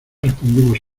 respondimos